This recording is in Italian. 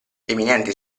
eminenti